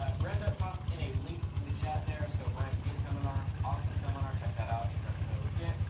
ah brenda tossed in a link to the chat there. so brian's git seminar, awesome seminar. check that out, if you're unfamiliar with git.